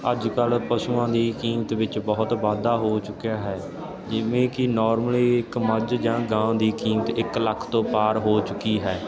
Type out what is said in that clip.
ਅੱਜ ਕੱਲ੍ਹ ਪਸ਼ੂਆਂ ਦੀ ਕੀਮਤ ਵਿੱਚ ਬਹੁਤ ਵਾਧਾ ਹੋ ਚੁੱਕਿਆ ਹੈ ਜਿਵੇਂ ਕਿ ਨੋਰਮਲੀ ਇੱਕ ਮੱਝ ਜਾਂ ਗਾਂ ਦੀ ਕੀਮਤ ਇੱਕ ਲੱਖ ਤੋਂ ਪਾਰ ਹੋ ਚੁੱਕੀ ਹੈ